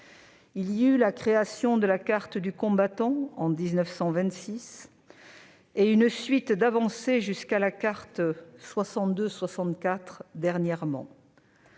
Il y eut la création de la carte du combattant en 1926 et une suite d'avancées jusqu'à la carte « 62-64 » dernièrement.